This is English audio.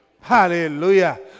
Hallelujah